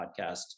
podcast